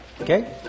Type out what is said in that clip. Okay